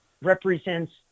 represents